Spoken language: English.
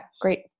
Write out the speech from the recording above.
great